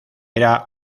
era